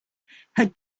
her